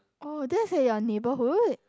oh that's at your neighborhood